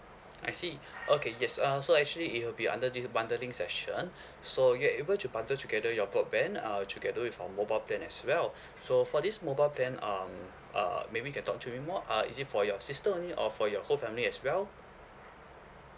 I see okay yes uh so actually it will be under this bundle thing section so you are able to bundle together your broadband uh together with your mobile plan as well so for this mobile plan um uh maybe can talk to me more uh is it for your sister only or for your whole family as well